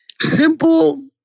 simple